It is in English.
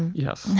yes.